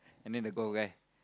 and then the